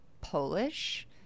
Polish